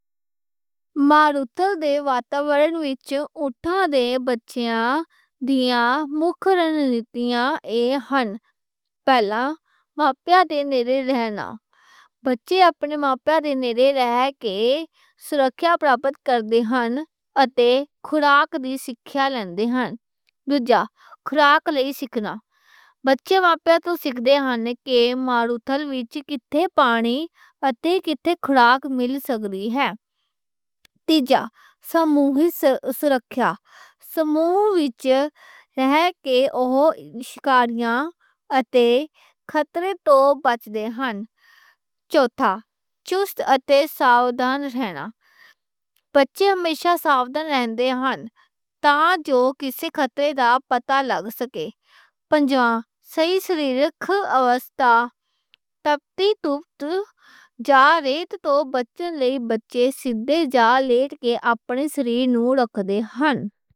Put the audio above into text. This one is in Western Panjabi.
مارُ تھل دے ماحول وچّ اُٹھاں دے بچیاں دیاں مکھ رنّیتیاں اے ہن۔ پہلا، ماپیاں دے نیڑے رہنا۔ بچے اپنے ماپیاں دے نیڑے رہ کے سرکھیا پراپت کردے ہن اتے خوراک دی سکّھیا لیندے ہن۔ دوجا، خوراک لَین دی سکّھنا۔ بچے ماپیاں توں سکّھ دے ہن کے مارُ تھل وچّ کتّھے پانی اتے کتّھے خوراک مل سکّدی اے۔ تیجا، سمُوہی سرکھیا۔ سمُوہ وچّ رہ کے اوہ شکارتاں اتے خطرے توں بچ دے ہن۔ چوتھا چُست اتے ساودھان رہنا۔ بچے ہمیشہ ساودھان رہن دے ہن۔ تاں جو کسے خطرے دا پتا لگ سکّے۔ پنجواں، سریرک اوَستھا تپتی تاپ یا ریت توں بچن لئی۔ بچے سِدّھے یا لیٹ کے اپنے سریر نُوں رکھ دے ہن۔